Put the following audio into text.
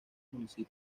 municipio